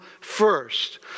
first